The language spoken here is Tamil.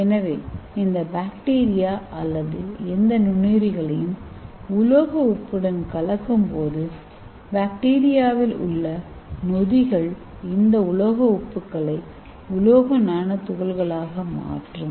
எனவே இந்த பாக்டீரியா அல்லது எந்த நுண்ணுயிரிகளையும் உலோகஉப்புடன் கலக்கும்போது பாக்டீரியாவில் உள்ள நொதிகள் இந்த உலோக உப்புகளை உலோக நானோ துகள்களாக மாற்றும்